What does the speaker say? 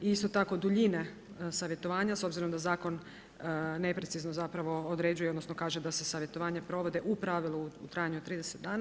I isto tako duljine savjetovanja s obzirom da zakon neprecizno zapravo određuje odnosno kaže da se savjetovanja provode u pravilu u trajanju od 30 dana.